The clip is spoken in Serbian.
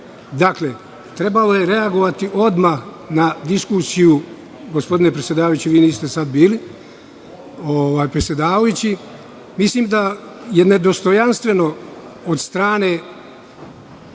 oku. Trebalo je reagovati odmah na diskusiju. Gospodine predsedavajući, vi niste bili tu. Mislim da je nedostojanstveno od strane